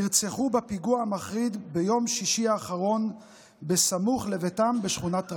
נרצחו בפיגוע המחריד ביום שישי האחרון בסמוך לביתם בשכונת רמות.